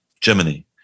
Germany